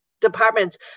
departments